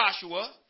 Joshua